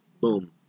boom